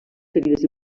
ferides